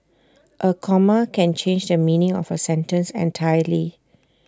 A comma can change the meaning of A sentence entirely